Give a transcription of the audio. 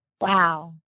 Wow